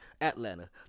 Atlanta